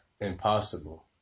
impossible